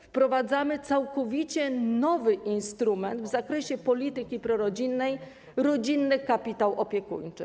Wprowadzamy także całkowicie nowy instrument w zakresie polityki prorodzinnej - rodzinny kapitał opiekuńczy.